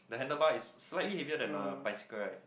the handlebar is slightly heavier than a bicycle right